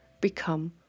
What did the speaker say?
become